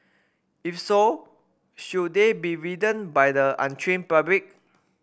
if so should they be ridden by the untrained public